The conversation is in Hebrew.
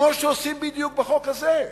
כמו שעושים בדיוק בחוק הזה,